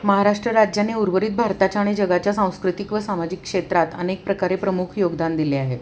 महाराष्ट्र राज्याने उर्वरित भारताच्या आणि जगाच्या सांस्कृतिक व सामाजिक क्षेत्रात अनेक प्रकारे प्रमुख योगदान दिले आहे